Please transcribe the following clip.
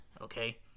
okay